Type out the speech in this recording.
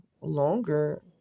longer